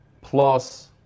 plus